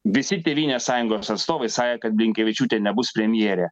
visi tėvynės sąjungos atstovai sakė kad blinkevičiūtė nebus premjerė